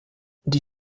die